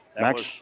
Max